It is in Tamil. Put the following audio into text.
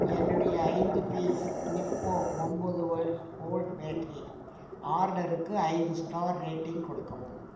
என்னுடைய ஐந்து பீஸ் நிப்போ ஒம்பது வோல்ட் வோல்ட் பேட்ரி ஆர்டருக்கு ஐந்து ஸ்டார் ரேட்டிங் கொடுக்கவும்